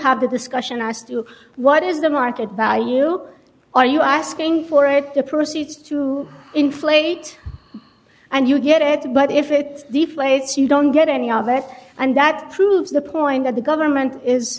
have a discussion as to what is the market value or are you asking for it the proceeds to inflate and you get it but if it deflates you don't get any of it and that proves the point that the government is